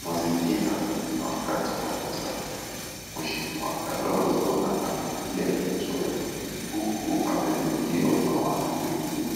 Mazingira ni wa wakati wa mchana. Mhesimiwa Kalonzo ana kofia kichwani huku amezingirwa na watu wengine.